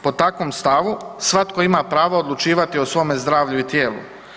Po takvom stavu svatko ima pravo odlučivati o svome zdravlju i tijelu.